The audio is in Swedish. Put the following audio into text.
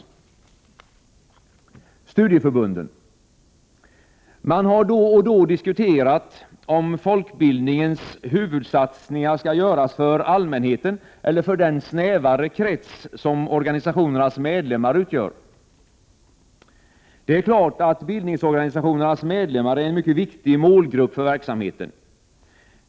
67 Beträffande studieförbunden har man då och då diskuterat om folkbildningens huvudsatsningar skall vara till för allmänheten eller för den snävare krets som organisationernas medlemmar utgör. Det är klart att bildningsorganisationernas medlemmar utgör en mycket viktig målgrupp för verksamheten.